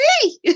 see